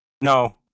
No